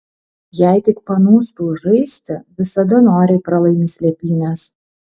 jei tik panūstu žaisti visada noriai pralaimi slėpynes